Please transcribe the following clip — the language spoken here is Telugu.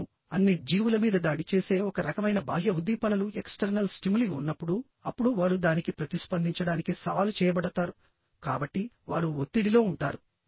అవును అన్ని జీవుల మీద దాడి చేసే ఒక రకమైన బాహ్య ఉద్దీపనలు ఉన్నప్పుడు అప్పుడు వారు దానికి ప్రతిస్పందించడానికి సవాలు చేయబడతారు కాబట్టి వారు ఒత్తిడిలో ఉంటారు